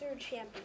champion